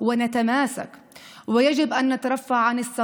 לתמוך זה בזה, להתלכד ולהתחזק, וכך נגיע להישגים.